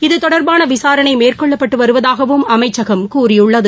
இது தொடர்பான விசாரணை மேற்கொள்ளப்பட்டு வருவதாகவும் அமைச்சகம் கூறியுள்ளது